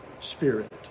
Spirit